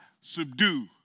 subdue